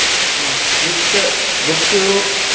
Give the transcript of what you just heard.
with books